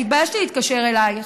התביישתי להתקשר אלייך,